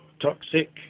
toxic